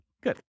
Good